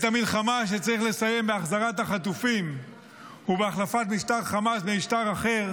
את המלחמה שצריך לסיים בהחזרת החטופים ובהחלפת משטר חמאס במשטר אחר,